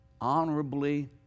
honorably